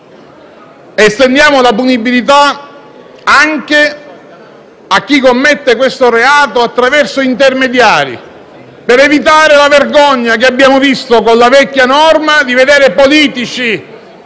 estendiamo la punibilità anche a chi commette questo reato attraverso intermediari, per evitare la vergogna che abbiamo visto con la vecchia norma di vedere politici